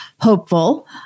hopeful